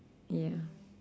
ya